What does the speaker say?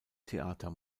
theater